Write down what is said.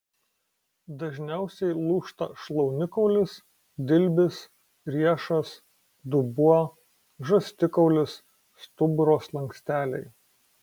dažniausiai lūžta šlaunikaulis dilbis riešas dubuo žastikaulis stuburo slanksteliai